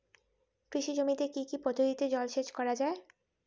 কৃষি জমিতে কি কি পদ্ধতিতে জলসেচ করা য়ায়?